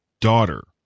daughter